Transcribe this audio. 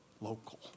Local